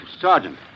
Sergeant